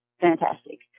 fantastic